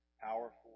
powerful